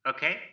Okay